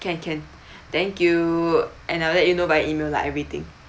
can can thank you and I'll let you know by email lah everything